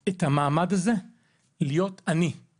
כי זה נותן לי את המעמד הזה להיות אני.